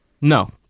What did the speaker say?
No